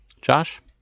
Josh